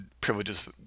privileges